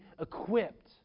equipped